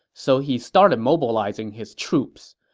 so he started mobilizing his troops.